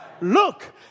Look